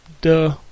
duh